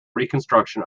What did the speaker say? reconstruction